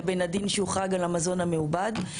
לבין הדין שהוחרג על המזון המעובד.